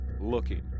looking